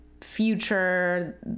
future